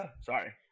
Sorry